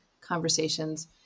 conversations